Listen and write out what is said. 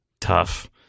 tough